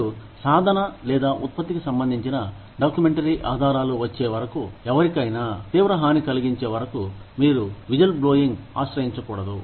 మీరు సాధన లేదా ఉత్పత్తికి సంబంధించిన డాక్యుమెంటరీ ఆధారాలు వచ్చే వరకు ఎవరికైనా తీవ్ర హాని కలిగించే వరకు మీరు విజిల్బ్లోయింగ్ను ఆశ్రయించకూడదు